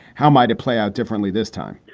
how might it play out differently this time?